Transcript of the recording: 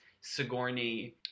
Sigourney